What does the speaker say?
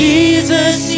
Jesus